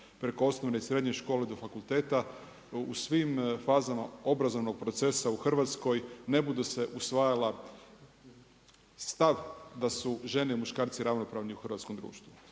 preko osnovne i srednje škole do fakulteta u svim fazama obrazovnog procesa u Hrvatskoj ne budu se usvajala stav da su žene i muškarci ravnopravni u hrvatskom društvu.